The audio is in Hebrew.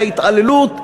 של ההתעללות,